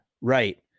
right